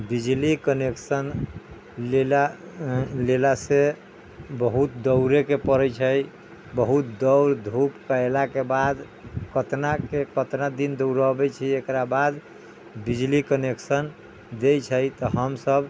बिजली कनेक्शन लेला सॅं बहुत दौड़य के परै छै बहुत दौड़ धूप कयला के बाद कितना के कितना दिन दौडय के बाद छियै एकरा बाद बिजली कनेक्शन दै छै तऽ हमसब